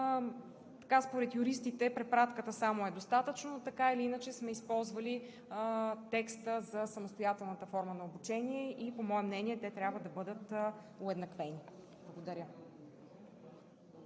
Така според юристите препратката само е достатъчно. Така или иначе сме използвали текста за самостоятелната форма на обучение и по мое мнение те трябва да бъдат уеднаквени. Благодаря.